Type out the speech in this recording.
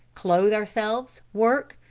clothe ourselves, work,